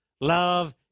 love